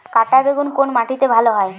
কাঁটা বেগুন কোন মাটিতে ভালো হয়?